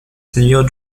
seigneurs